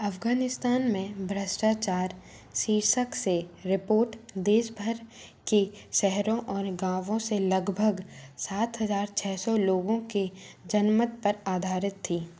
अफ़ग़ानिस्तान में भ्रष्टाचार शीर्षक से रिपोर्ट देशभर के शहरों और गाँवों से लगभग सात हज़ार छः सौ लोगों के जनमत पर आधारित थी